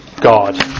God